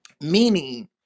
Meaning